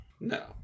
no